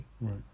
Right